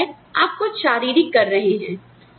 हो सकता है आप कुछ शारीरिक कर रहे हैं